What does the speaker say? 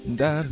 da